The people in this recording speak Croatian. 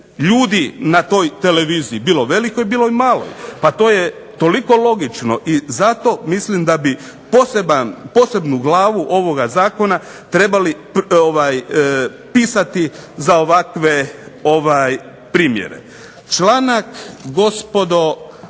ljudi na toj televiziji, bilo velikoj, bilo maloj. Pa to je toliko logično. I zato mislim da bi posebnu glavu ovoga zakona trebali pisati za ovakve primjere. Članak gospodo